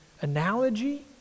analogy